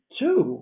two